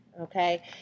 okay